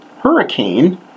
hurricane